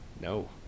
No